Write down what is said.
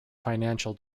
financial